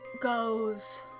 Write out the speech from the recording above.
Goes